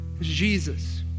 Jesus